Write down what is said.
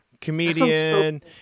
Comedian